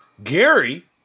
Gary